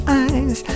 eyes